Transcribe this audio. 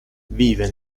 vive